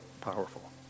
powerful